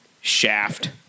Shaft